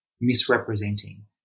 misrepresenting